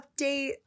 update